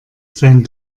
sein